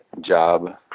job